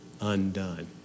undone